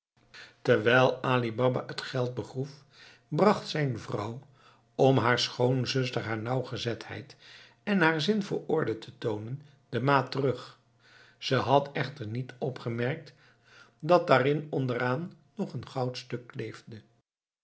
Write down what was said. terwijl ali baba het geld begroef bracht zijn vrouw om haar schoonzuster haar nauwgezetheid en haar zin voor orde te toonen de maat terug ze had echter niet opgemerkt dat daarin onderaan nog een goudstuk kleefde